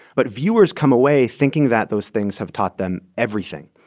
but viewers come away thinking that those things have taught them everything,